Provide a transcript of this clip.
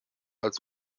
als